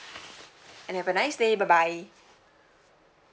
and have a nice day bye bye